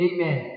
Amen